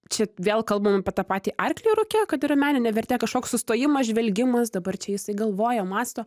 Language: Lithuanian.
čia vėl kalbam apie tą patį arklį rūke kad yra meninė vertė kažkoks sustojimas žvelgimas dabar čia jisai galvoja mąsto